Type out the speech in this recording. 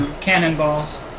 Cannonballs